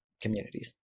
communities